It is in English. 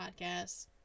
Podcasts